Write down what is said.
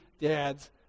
dad's